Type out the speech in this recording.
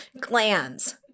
glands